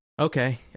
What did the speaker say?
okay